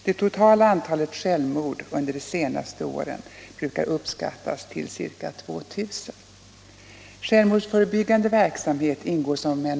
Det totala antalet självmord under de senaste åren brukar uppskattas till ca 2000.